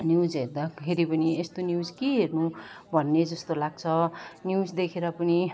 news हेर्दाखेरि पनि यस्तो न्युज के हेर्नु भन्ने जस्तो लाग्छ न्युज देखेर पनि